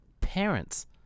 Parents